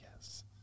Yes